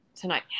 Tonight